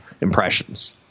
impressions